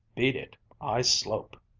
beat it! i slope!